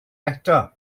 eto